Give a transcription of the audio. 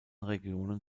regionen